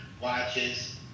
watches